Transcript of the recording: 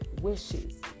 wishes